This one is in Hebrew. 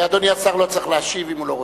אדוני השר לא צריך להשיב אם הוא לא רוצה.